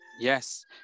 Yes